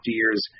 years